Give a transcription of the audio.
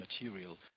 material